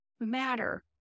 matter